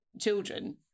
children